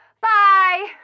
Bye